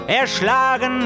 erschlagen